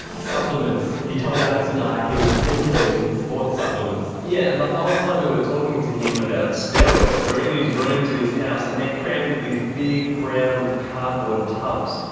supplements. he told alex and i he was importing sports supplements. yeah, and the whole time we were talking to him about steroids, we're in these rooms in his house and they're crammed with these big brown cardboard tubs.